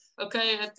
Okay